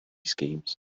schemes